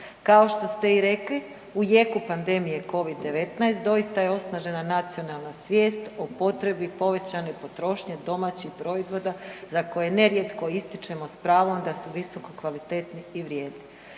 Kao što ste i rekli, u jeku pandemije covid-19 doista je osnažena nacionalna svijest o potrebi povećane potrošnje domaćih proizvoda za koje nerijetko ističemo s pravom da su visoko kvalitetni i vrijedni.